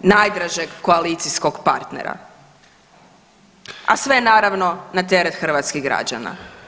najdražeg koalicijskog partnera, a sve naravno na teret hrvatskih građana.